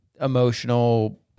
emotional